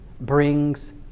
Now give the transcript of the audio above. brings